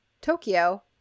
tokyo